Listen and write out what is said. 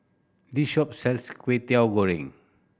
this shop sells Kway Teow Goreng